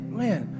man